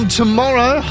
tomorrow